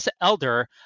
Elder